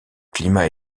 climat